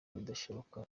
bidashoboka